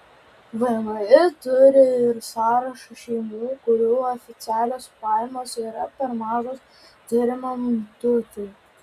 vmi turi ir sąrašą šeimų kurių oficialios pajamos yra per mažos turimam turtui